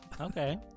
Okay